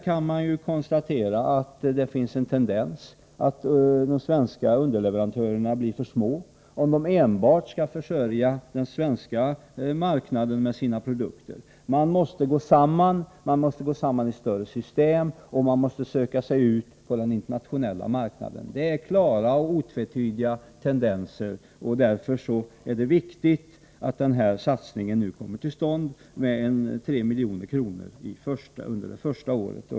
Man kan konstatera att det finns en tendens att de svenska underleverantörerna blir för små om de enbart skall försörja den svenska marknaden med sina produkter. De måste gå samman i större system och söka sig ut på den internationella marknaden. Tendensen är klar och otvetydig, och därför är det viktigt att denna satsning nu kommer till stånd, med 3 milj.kr. under det första året.